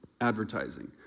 advertising